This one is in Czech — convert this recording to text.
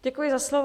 Děkuji za slovo.